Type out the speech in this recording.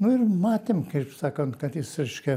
nu ir matėm kaip sakant kad jis reiškia